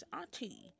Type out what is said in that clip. auntie